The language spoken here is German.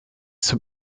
zum